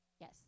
Yes